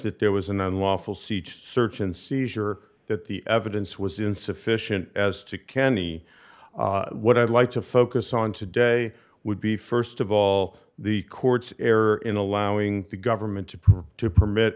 that there was an unlawful seach search and seizure that the evidence was insufficient as to kenney what i'd like to focus on today would be first of all the court's error in allowing the government to prove to permit